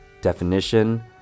Definition